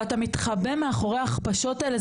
ואתה מתחבא מאחורי ההכפשות האלה,